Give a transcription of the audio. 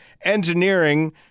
Engineering